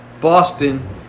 Boston